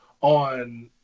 on